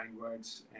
words